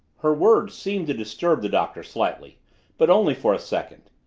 her words seemed to disturb the doctor slightly but only for a second.